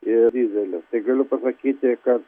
ir dyzeliu tai galiu pasakyti ka